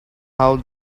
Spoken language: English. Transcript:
how